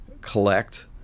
collect